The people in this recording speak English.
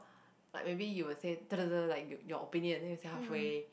like maybe you will say like your opinion then you say half way